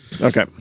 Okay